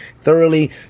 thoroughly